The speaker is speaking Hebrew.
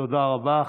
תודה רבה.